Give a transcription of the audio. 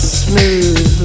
smooth